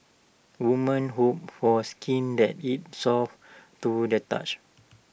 woman hope for skin that is soft to the touch